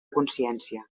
consciència